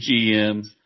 GM